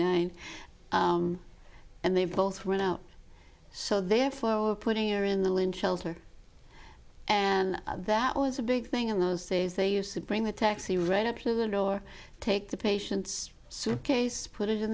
nine and they both ran out so therefore putting her in the in shelter and that was a big thing in those days they used to bring the taxi right up to the door take the patient's suitcase put it in